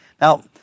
Now